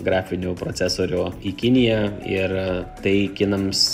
grafinių procesorių į kiniją ir a tai kinams